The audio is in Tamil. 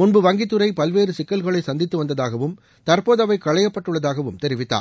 முன்பு வங்கித்துறை பல்வேறு சிக்கல்களை சந்தித்து வந்ததாகவும் தற்போது அவை களையப்பட்டுள்ளதாகவும் தெரிவித்தார்